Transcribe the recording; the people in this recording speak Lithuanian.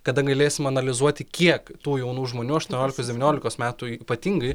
kada galėsim analizuoti kiek tų jaunų žmonių aštuoniolikos devyniolikos metų ypatingai